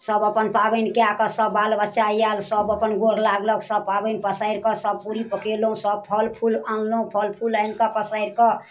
सब अपन पाबैन कए कऽ सब बाल बच्चा आयल सब अपन गोर लगलक सब पाबैन पसारि कऽ सब पूरी पकेलहुँ सब फल फूल आनलहुं फल फूल आनिकऽ पसारिकऽ